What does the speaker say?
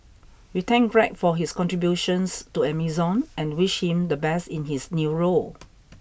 we thank Greg for his contributions to Amazon and wish him the best in his new role